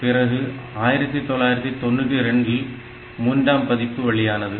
பிறகு 1992 ல் மூன்றாம் பதிப்பு வெளியானது